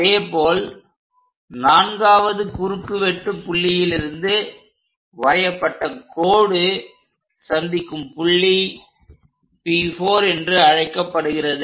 அதேபோல் நான்காவது குறுக்கு வெட்டுப் புள்ளியிலிருந்து வரையப்பட்ட கோடு சந்திக்கும் புள்ளி P4' என்று அழைக்கப்படுகிறது